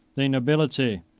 the nobility,